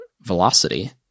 velocity